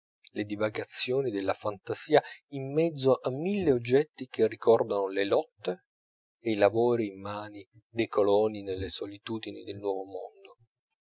le divagazioni della fantasia in mezzo ai mille oggetti che ricordano le lotte e i lavori immani dei coloni nelle solitudini del nuovo mondo